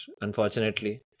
unfortunately